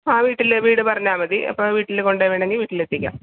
ആ വീട്ടിൽ വീട് പറഞ്ഞാൽ മതി അപ്പം വീട്ടിൽ കൊണ്ട് വേണമെങ്കിൽ വീട്ടിലെത്തിക്കാം